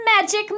Magic